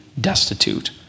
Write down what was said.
destitute